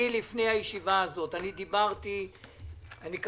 לפני הישיבה הזאת דיברתי עם בכיר מאוד,